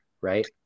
right